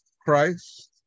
Christ